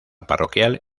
parroquial